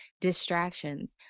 Distractions